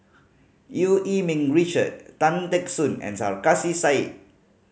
Eu Yee Ming Richard Tan Teck Soon and Sarkasi Said